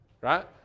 right